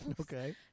Okay